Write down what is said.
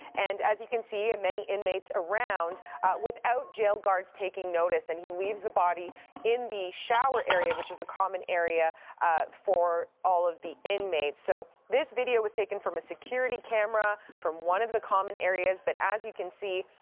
and as you can see, many inmates around without jail guards taking notice and he leaves the body in the shower area which is a common area for all of the inmates. so this video was taken from a security camera from one of the common areas, but as you can see,